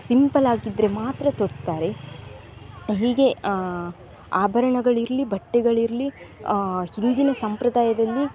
simple ಆಗಿದ್ದರೆ ಮಾತ್ರ ತೊಡ್ತಾರೆ ಹೀಗೆ ಆಭರ್ಣಗಳಿರಲಿ ಬಟ್ಟೆಗಳಿರಲಿ ಹಿಂದಿನ ಸಂಪ್ರದಾಯದಲ್ಲಿ